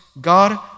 God